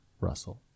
russell